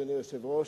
אדוני היושב-ראש,